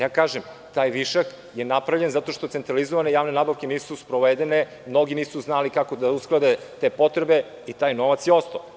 Ja kažem, taj višak je napravljen zato što centralizovane javne nabavke nisu sprovedene, mnogi nisu znali kako da usklade te potrebe i taj novac je ostao.